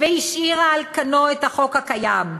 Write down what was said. והשאירה על כנו את החוק הקיים.